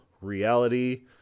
reality